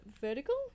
vertical